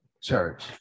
Church